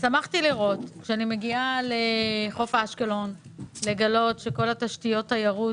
שמחתי לגלות בחוף אשקלון שכל תשתיות התיירות